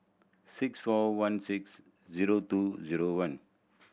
six four one six zero two zero one